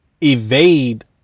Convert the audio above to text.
evade